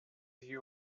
you